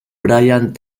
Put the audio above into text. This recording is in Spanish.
brian